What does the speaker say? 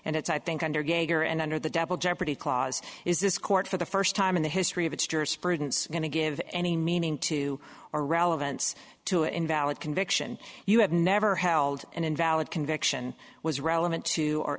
and it's i think under gager and under the double jeopardy clause is this court for the first time in the history of its jurisprudence going to give any meaning to or relevance to invalid conviction you have never held an invalid conviction was relevant to our